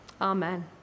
Amen